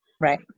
right